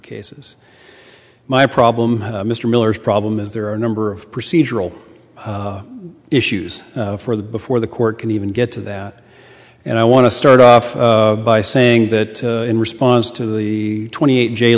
cases my problem mr miller's problem is there are a number of procedural issues for the before the court can even get to that and i want to start off by saying that in response to the twenty eight j